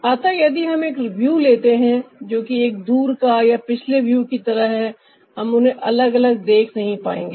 अतः यदि हम एक व्यू लेते हैं जो कि एक दूर का या पिछले व्यू की तरह है हम उन्हें अलग अलग देख नहीं पाएंगे